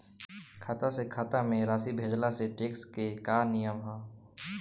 खाता से खाता में राशि भेजला से टेक्स के का नियम ह?